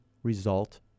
Result